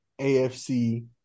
AFC